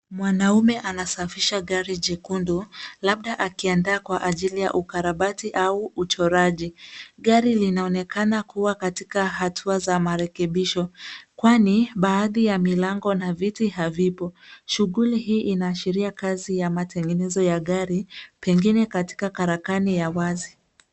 Mwanamme anasafisha gari jekundu labda akiandaa kwa ajili ya ukarabati au uchoraji. Gari linaonekana kuwa katika hatua za marekebisho kwani baadhi ya milango na viti havipo. Shughuli hii inaashiria kazi ya matengenezo ya gari pengine katika karakana ya wazi.